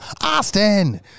Austin